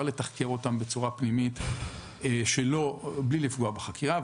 לתחקר אותם בצורה פנימית בלי לפגוע בחקירה,